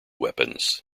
weapons